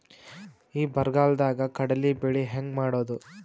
ಈ ಬರಗಾಲದಾಗ ಕಡಲಿ ಬೆಳಿ ಹೆಂಗ ಮಾಡೊದು?